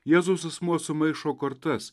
jėzaus asmuo sumaišo kortas